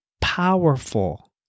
powerful